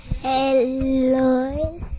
Hello